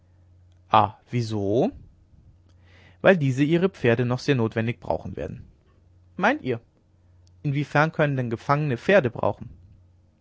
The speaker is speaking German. wieso weil diese ihre pferde noch sehr notwendig brauchen werden meint ihr inwiefern können denn gefangene pferde brauchen